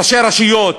ראשי רשויות,